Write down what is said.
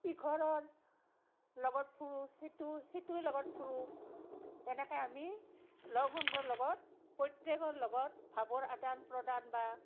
ইঘৰৰ লগত ফুুৰোঁ সেইটো সেইটোৰ লগত ফুুৰোঁ তেনেকৈ আমি লগ সংগৰ লগত প্ৰত্যেকৰ লগত ভাৱৰ আদান প্ৰদান বা